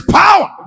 power